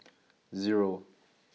zero